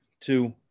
two